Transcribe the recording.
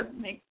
make